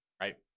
right